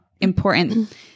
important